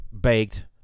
baked